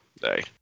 day